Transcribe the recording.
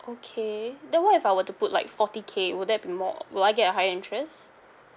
okay then what if I were to put like forty K will there be more will I get a higher interest